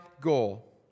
goal